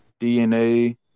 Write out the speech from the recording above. DNA